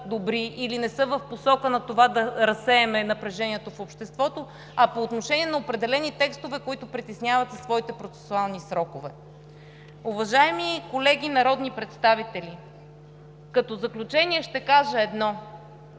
добри или не са в посока на това да разсеем напрежението в обществото, а по отношение на определени текстове, които притесняват със своите процесуални срокове. Уважаеми колеги народни представители, като заключение ще кажа едно: